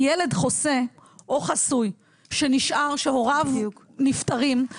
כי ילד חוסה או חסוי שהוריו נפטרים,